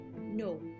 No